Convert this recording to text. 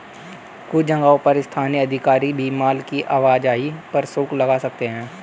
कुछ जगहों पर स्थानीय अधिकारी भी माल की आवाजाही पर शुल्क लगा सकते हैं